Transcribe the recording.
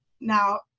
now